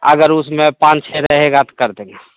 अगर उसमें पाँच छः रहेगा तो कर देंगे